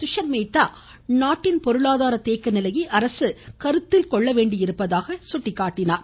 துஷர் மேத்தா நாட்டின் பொருளாதார தேக்க நிலையையும் அரசு கருத்தில் கொள்ள வேண்டியிருப்பதாக சுட்டிக்காட்டினார்